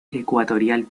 ecuatorial